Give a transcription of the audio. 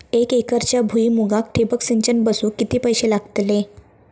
एक एकरच्या भुईमुगाक ठिबक सिंचन बसवूक किती पैशे लागतले?